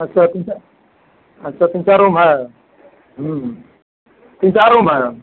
अच्छा तीन चार अच्छा तीन चार रूम है तीन चार रूम है